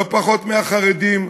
לא פחות מהחרדים,